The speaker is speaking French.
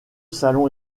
salon